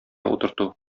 утырту